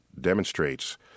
demonstrates